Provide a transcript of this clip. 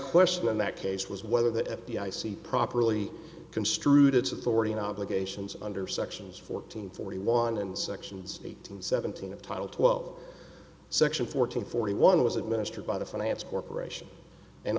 question in that case was whether that f b i see properly construed its authority in obligations under sections fourteen forty one and sections eighteen seventeen of title twelve section fourteen forty one was administered by the finance corporation and